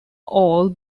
all